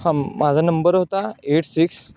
माझा नंबर होता एट सिक्स